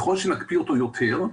ככל שנקפיא אותו יותר,